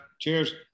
cheers